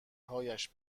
هاش